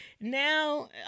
Now